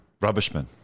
rubbishman